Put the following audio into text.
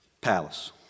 palace